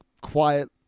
quiet